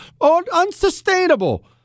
unsustainable